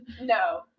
No